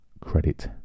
credit